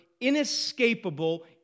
inescapable